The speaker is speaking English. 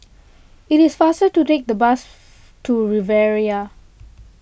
it is faster to take the bus to Riviera